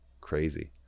crazy